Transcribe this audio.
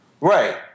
Right